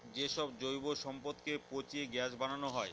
যে সব জৈব সম্পদকে পচিয়ে গ্যাস বানানো হয়